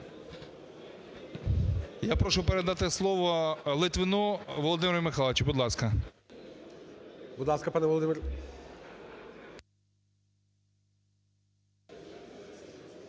Я прошу передати слово Литвину Володимиру Михайловичу, будь ласка. ГОЛОВУЮЧИЙ. Будь ласка, пане Володимире.